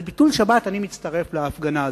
על ביטול שבת אני מצטרף להפגנה הזאת.